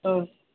औ